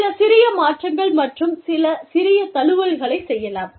சில சிறிய மாற்றங்கள் மற்றும் சில சிறிய தழுவல்களை செய்யலாம்